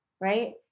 right